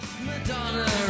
Madonna